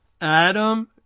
Adam